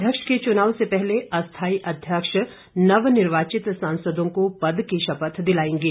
अध्यक्ष के चुनाव से पहले अस्थाई अध्यक्ष नवनिर्वाचित सांसदों को पद की शपथ दिलाएंगे